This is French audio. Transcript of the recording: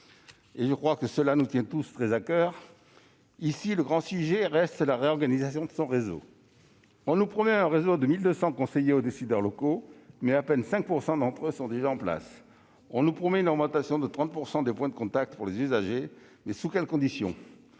et je pense que cela nous tient tous très à coeur, le grand enjeu reste la réorganisation de son réseau. On nous promet un réseau de 1 200 conseillers aux décideurs locaux, mais à peine 5 % d'entre eux sont déjà en place. On nous promet une augmentation de 30 % du nombre de points de contact pour les usagers, mais dans quelles conditions ?